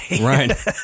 Right